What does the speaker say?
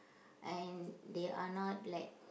and they are not like